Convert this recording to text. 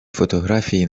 фотографії